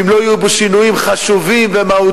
ואם לא יהיו בו שינויים חשובים ומהותיים,